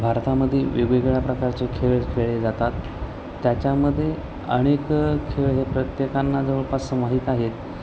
भारतामध्ये वेगवेगळ्या प्रकारचे खेळ खेळले जातात त्याच्यामध्ये अनेक खेळ हे प्रत्येकांना जवळपास माहीत आहेत